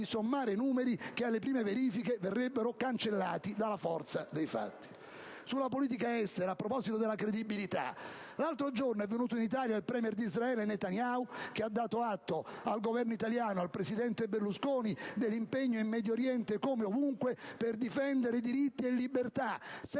sommare numeri che alle prime verifiche verrebbero cancellati dalla forza dei fatti. Sulla politica estera, a proposito di credibilità, l'altro giorno è venuto in Italia il *premier* di Israele Netanyahu, che ha dato atto al Governo italiano e al presidente Berlusconi dell'impegno in Medio Oriente - come ovunque - per difendere i diritti e le libertà,